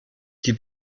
die